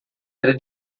era